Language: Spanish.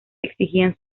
exigían